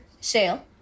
sale